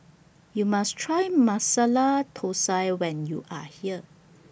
YOU must Try Masala Thosai when YOU Are here